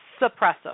suppressive